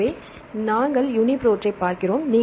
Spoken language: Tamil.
எனவே நாங்கள் யூனிபிரோட்டைப் பார்க்கிறோம்